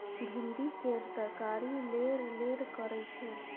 भिंडी केर तरकारी लेरलेर करय छै